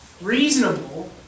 Reasonable